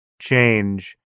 change